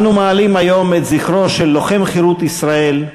אנו מעלים היום את זכרו של לוחם חירות ישראל,